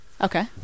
Okay